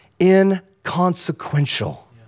inconsequential